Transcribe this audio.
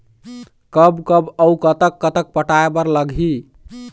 कब कब अऊ कतक कतक पटाए बर लगही